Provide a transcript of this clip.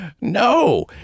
no